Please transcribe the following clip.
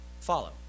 follow